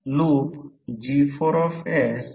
आणि f supply frequency हर्ट्झमध्ये आहे